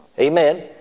Amen